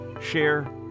share